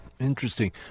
interesting